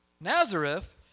Nazareth